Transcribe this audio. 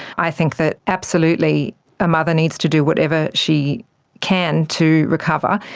i think that absolutely a mother needs to do whatever she can to recover,